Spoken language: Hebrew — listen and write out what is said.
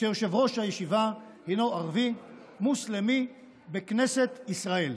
שיושב-ראש הישיבה הינו ערבי מוסלמי בכנסת ישראל.